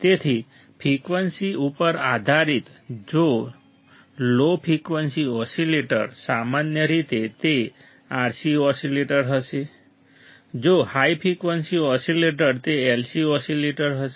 તેથી ફ્રિકવન્સી ઉપર આધારિત જો લો ફ્રિકવન્સી ઓસિલેટર સામાન્ય રીતે તે RC ઓસિલેટર હશે જો હાઈ ફ્રિકવન્સી ઓસિલેટર તે LC ઓસિલેટર હશે